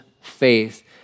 faith